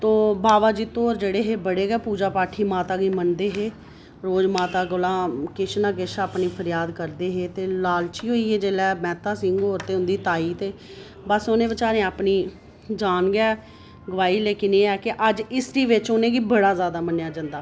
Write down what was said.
तो बावा जित्तो होर हे जेह्ड़े ओह् बड़े गै पूजा पाठी होर माता गी मनदे हे रोज माता कोला किश ना किश अपनी फरियाद करदे हे ते लालची होइयै जेल्लै मैह्ता सिंह होर उं'दी ताई ते बस उ'नें बेचारें अपनी जान गै गवाई लेकिन अज्ज हिस्ट्री बिच्च उ'नेंगी बड़ा ज्यादा मन्नेआ जंदा